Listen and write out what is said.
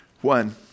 one